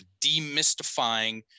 demystifying